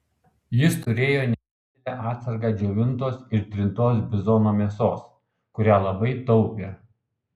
jis turėjo nedidelę atsargą džiovintos ir trintos bizono mėsos kurią labai taupė